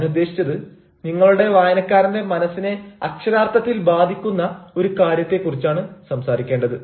ഞാനുദ്ദേശിച്ചത് നിങ്ങളുടെ വായനക്കാരന്റെ മനസ്സിനെ അക്ഷരാർത്ഥത്തിൽ ബാധിക്കുന്ന ഒരു കാര്യത്തെ കുറിച്ചാണ് സംസാരിക്കേണ്ടത്